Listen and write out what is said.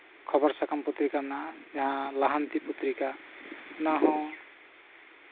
ᱠᱷᱚᱵᱚᱨ ᱥᱟᱠᱟᱢ ᱯᱚᱛᱨᱤᱠᱟ ᱢᱮᱱᱟᱜᱼᱟ ᱞᱟᱦᱟᱱᱛᱤ ᱯᱚᱛᱨᱤᱠᱟ ᱚᱱᱟᱦᱚᱸ